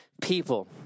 people